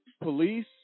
police